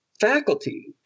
faculty